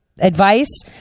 advice